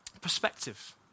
perspective